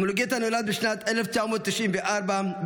מולוגטה נולד בשנת 1994 באתיופיה,